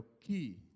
key